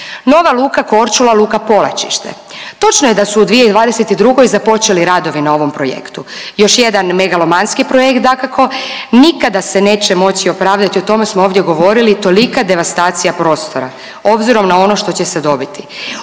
Nova luka Korčula, luka Polačište. Točno je da su u 2022. započeli radovi na ovom projektu. Još jedan megalomanski projekt dakako nikada se neće moći opravdati, o tome smo ovdje govorili, tolika devastacija prostora obzirom na ono što će dobiti.